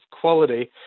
quality